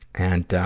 and, ah,